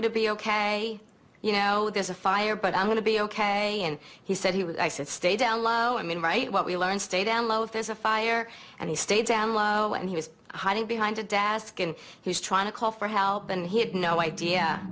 going to be ok you know there's a fire but i'm going to be ok and he said he would i said stay down low i mean right what we learned stay down low there's a fire and he stayed down low and he was hiding behind a desk and he's trying to call for help and he had no idea